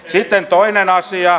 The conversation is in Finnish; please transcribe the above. sitten toinen asia